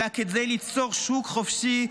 אלא כדי ליצור שוק חופשי,